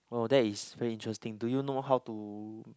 oh that is very interesting do you know how to